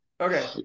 Okay